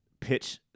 pitch